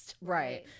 right